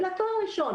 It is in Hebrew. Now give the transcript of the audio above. אלא תואר ראשון